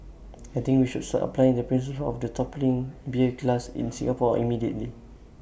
I think we should start applying the principles of the toppling beer glass in Singapore immediately